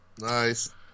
Nice